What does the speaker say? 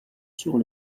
sur